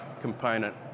component